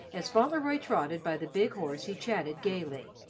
as fauntleroy trotted by the big horse he chatted gayly.